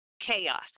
chaos